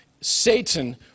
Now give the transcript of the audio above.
Satan